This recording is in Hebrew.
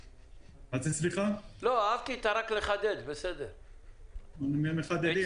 היתר כאמור בסעיפים קטנים (א) או (ב) ניתן לחידוש,